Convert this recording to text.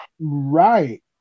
Right